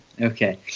Okay